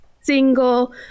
single